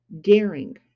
daring